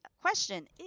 question